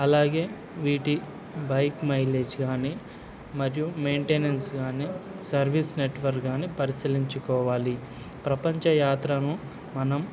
అలాగే వీటి bike mileage కానీ మరియు మెయింటెనెన్స్ కానీ సర్వీస్ నెట్వర్క్ కానీ పరిశీలించుకోవాలి ప్రపంచ యాత్రను మనం